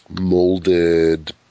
molded